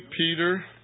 Peter